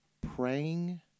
praying